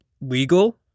Legal